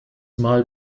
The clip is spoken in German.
mal